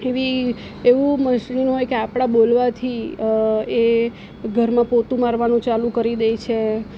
એવી એવું મશીન હોય કે આપણા બોલવાથી એ ઘરમાં પોતું મારવાનું ચાલું કરી દે છે